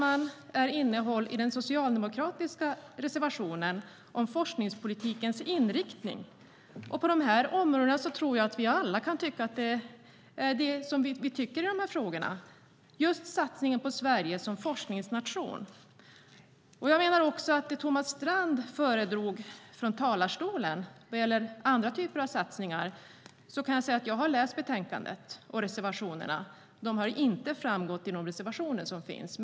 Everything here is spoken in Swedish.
Vi kan nog alla hålla med i detta om satsningen på Sverige som forskningsnation. När det gäller det Thomas Strand föredrog i talarstolen om andra typer av satsningar kan jag säga att jag har läst betänkandet och reservationerna, och dessa frågor har inte framkommit i de reservationer som finns.